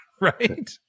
Right